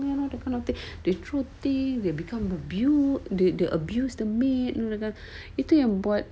you know that kind of the the truth they become abuse did the abuse the maid itu yang buat